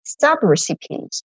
sub-recipients